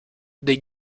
dei